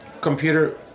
computer